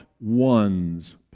ones